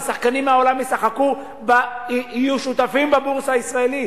ושחקנים מן העולם ישחקו ויהיו שותפים בבורסה הישראלית.